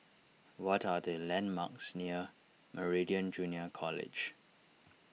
what are the landmarks near Meridian Junior College